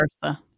versa